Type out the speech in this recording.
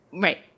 Right